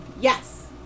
Yes